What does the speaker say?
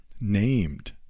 named